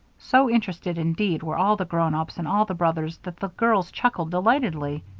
so interested, indeed, were all the grown-ups and all the brothers that the girls chuckled delightedly.